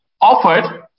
offered